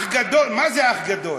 אח גדול, מה זה אח גדול,